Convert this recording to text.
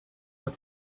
with